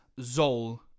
Zol